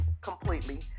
completely